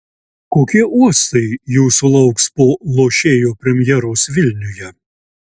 kokie uostai jūsų lauks po lošėjo premjeros vilniuje